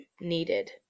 needed